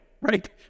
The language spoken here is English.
right